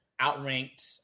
outranked